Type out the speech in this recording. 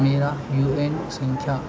मेरा U N संख्या